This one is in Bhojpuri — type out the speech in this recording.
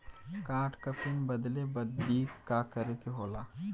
कार्ड क पिन बदले बदी का करे के होला?